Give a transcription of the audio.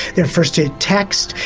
the first to text,